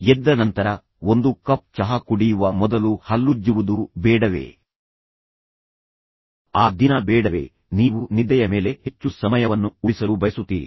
ಎದ್ದ ನಂತರ ಒಂದು ಕಪ್ ಚಹಾ ಕುಡಿಯುವ ಮೊದಲು ಹಲ್ಲುಜ್ಜುವುದು ಬೇಡವೇ ಆ ದಿನ ಬೇಡವೇ ನೀವು ನಿದ್ದೆಯ ಮೇಲೆ ಹೆಚ್ಚು ಸಮಯವನ್ನು ಉಳಿಸಲು ಬಯಸುತ್ತೀರಿ